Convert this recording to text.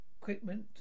equipment